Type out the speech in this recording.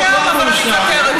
אבל אני מוותרת על זה.